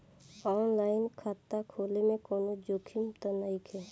आन line खाता खोले में कौनो जोखिम त नइखे?